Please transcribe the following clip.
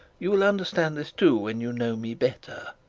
you will understand this too when you know me better.